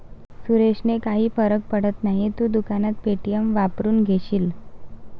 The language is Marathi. सुरेशने काही फरक पडत नाही, तू दुकानात पे.टी.एम वापरून घेशील